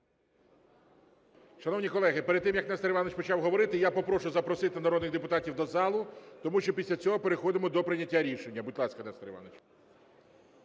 Шановні колеги, перед тим, як Нестор Іванович почне говорити, я попрошу запросити народних депутатів до залу, тому що після цього переходимо до прийняття рішення. Будь ласка, Нестор Іванович.